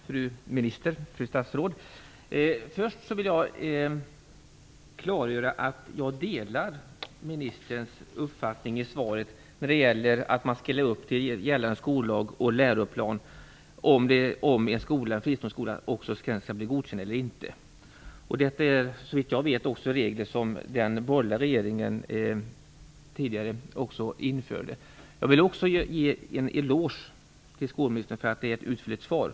Fru talman! Fru statsråd! Först vill jag klargöra att jag delar statsrådets uppfattning i svaret när det gäller att man skall leva upp till gällande skollag och läroplan, oavsett om en fristående skola blir godkänd eller inte. Det är, såvitt jag vet, regler som den tidigare borgerliga regeringen införde. Jag vill också ge en eloge till skolministern för ett utförligt svar.